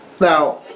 Now